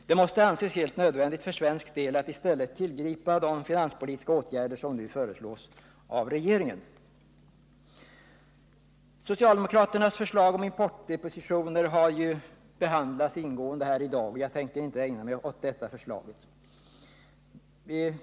Det måste anses helt nödvändigt för svensk del att i stället tillgripa de finanspolitiska åtgärder som nu föreslås av regeringen. Socialdemokraternas förslag om importdepositioner har ju behandlats ingående här i dag, och jag tänker inte ägna mig åt det förslaget.